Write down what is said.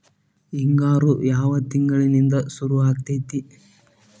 ಹಿಂಗಾರು ಯಾವ ತಿಂಗಳಿನಿಂದ ಶುರುವಾಗತೈತಿ?